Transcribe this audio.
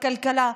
בכלכלה,